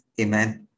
Amen